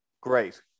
Great